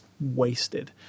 wasted